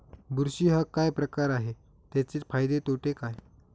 बुरशी हा काय प्रकार आहे, त्याचे फायदे तोटे काय?